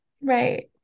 Right